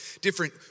different